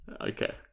okay